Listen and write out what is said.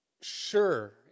sure